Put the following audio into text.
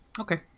Okay